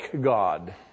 God